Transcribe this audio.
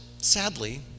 sadly